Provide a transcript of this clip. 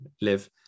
live